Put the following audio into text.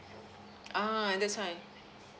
ah that's why